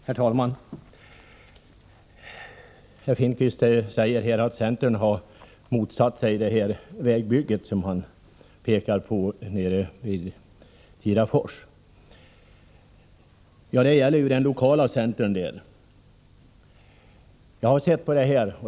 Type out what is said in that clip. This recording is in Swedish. Herr talman! Bo Finnkvist säger att centern har motsatt sig detta vägbygge nere vid Tidafors. Ja, det gäller den lokala centern där.